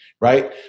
right